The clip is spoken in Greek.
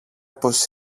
πως